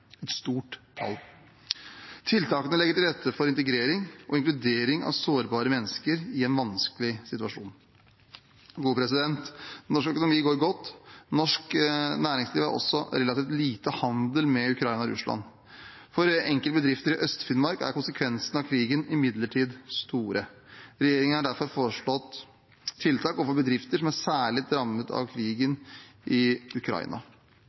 et stort tall. Tiltakene legger til rette for integrering og inkludering av sårbare mennesker i en vanskelig situasjon. Norsk økonomi går godt. Norsk næringsliv har også relativt lite handel med Ukraina og Russland. For enkelte bedrifter i Øst-Finnmark er konsekvensene av krigen imidlertid store. Regjeringen har derfor foreslått tiltak for bedrifter som er særlig rammet av krigen i Ukraina